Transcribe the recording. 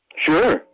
Sure